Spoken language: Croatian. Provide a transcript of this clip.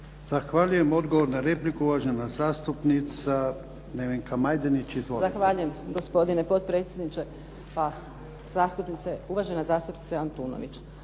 Zahvaljujem. Odgovor na repliku, uvažena zastupnica Nevenka Majdenić. Izvolite. **Majdenić, Nevenka (HDZ)** Zahvaljujem gospodine potpredsjedniče, uvažena zastupnica Antunović.